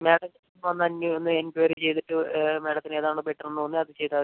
madam വന്ന് ഒന്ന് enquiry ചെയ്തിട്ട് മേഡത്തിന് ഏത് ആണ് ബെറ്ററ് തോന്നുന്ന അത് ചെയ്താൽ മതി